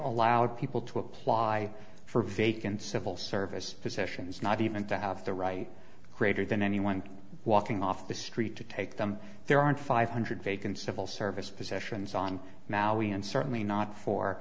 allowed people to apply for vacant civil service positions not even to have the right crater than anyone walking off the street to take them there aren't five hundred vacant civil service possessions on maui and certainly not for